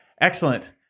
Excellent